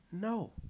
No